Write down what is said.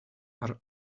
are